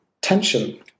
tension